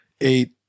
eight